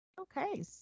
Okay